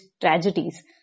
tragedies